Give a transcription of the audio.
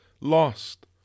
lost